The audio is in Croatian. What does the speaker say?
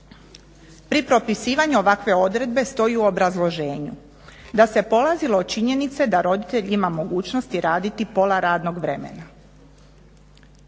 Pri propisivanju ovakve odredbe stoji u obrazloženju da se polazilo od činjenice da roditelj ima mogućnosti raditi pola radnog vremena.